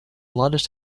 largest